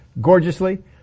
gorgeously